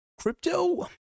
Crypto